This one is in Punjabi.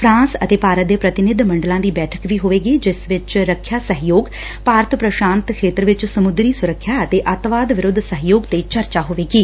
ਫਰਾਂਸ ਅਤੇ ਭਾਰਤ ਦੇ ਪ੍ਰਤੀਨਿਧ ਮੰਡਲਾਂ ਦੀ ਬੈਠਕ ਵੀ ਹੋਵੇਗੀ ਜਿਸ ਵਿਚ ਰੱਖਿਆ ਸਹਿਯੋਗ ਭਾਰਤ ਪ੍ਰਸ਼ਾਤ ਖੇਤਰ ਵਿਚ ਸਮੁੰਦਰੀ ਸੁਰੱਖਿਆ ਅਤੇ ਅੱਤਵਾਦ ਵਿਰੁੱਧ ਸਹਿਯੋਗ ਤੇ ਚਰਚਾ ਹੋਵੇਗੀ